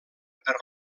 per